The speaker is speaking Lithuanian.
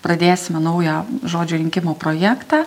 pradėsime naują žodžių rinkimo projektą